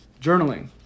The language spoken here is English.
Journaling